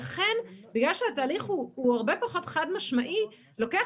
לכן בגלל שהתהליך הוא הרבה פחות חד משמעי לוקח